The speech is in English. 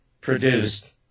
produced